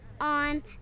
on